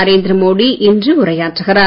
நரேந்திர மோடி இன்று உரையாற்றுகிறார்